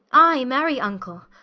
i marry vnckle,